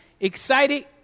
excited